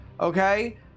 okay